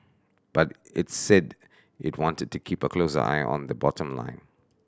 but it's said it wanted to keep a closer eye on the bottom line